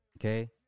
Okay